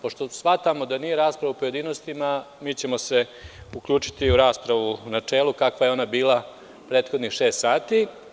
Pošto smatramo da nije rasprava u pojedinostima, mi ćemo se uključiti u raspravu u načelu, kakva je ona bila prethodnih šest sati.